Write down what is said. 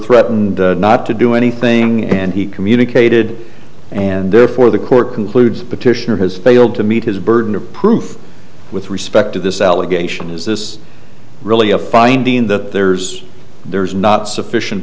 threatened not to do anything and he communicated and therefore the court concludes petitioner has failed to meet his burden of proof with respect to this allegation is this really a finding that there's there's not sufficient